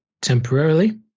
temporarily